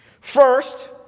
First